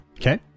Okay